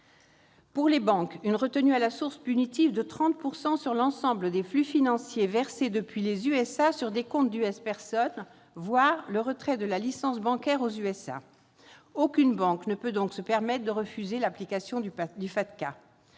Pour les banques, il s'agit d'une retenue à la source punitive de 30 % sur l'ensemble des flux financiers versés depuis les États-Unis sur des comptes de, voire le retrait de la licence bancaire aux États-Unis. Aucune banque ne peut donc se permettre de refuser l'application du FATCA.